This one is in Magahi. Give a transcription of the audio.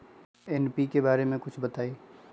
एन.पी.के बारे म कुछ बताई?